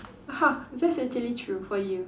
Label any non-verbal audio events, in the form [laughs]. [laughs] that's actually true for you